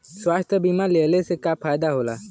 स्वास्थ्य बीमा लेहले से का फायदा होला?